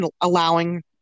allowing